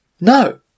No